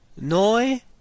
noi